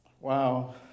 Wow